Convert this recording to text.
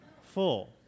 full